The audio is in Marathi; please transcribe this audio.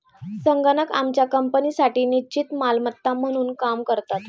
संगणक आमच्या कंपनीसाठी निश्चित मालमत्ता म्हणून काम करतात